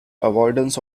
avoidance